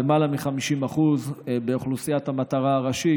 למעלה מ-50% מאוכלוסיית המטרה הראשית,